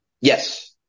Yes